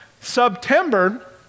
September